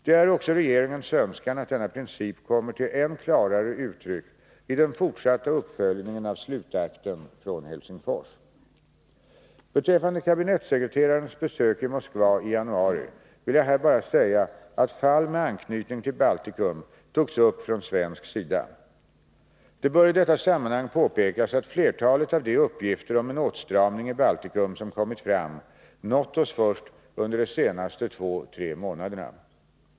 Det är också regeringens önskan att denna princip kommer till än klarare uttryck i den fortsatta uppföljningen av slutakten från Helsingfors. Beträffande kabinettssekreterarens besök i Moskva i januari vill jag bara säga att fall med anknytning till Baltikum togs upp från svensk sida. Det bör i detta sammanhang påpekas att flertalet av de uppgifter om en åtstramning i Baltikum som kommit fram nått oss först under de senaste 2-3 månaderna.